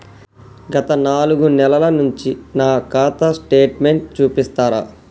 గత నాలుగు నెలల నుంచి నా ఖాతా స్టేట్మెంట్ చూపిస్తరా?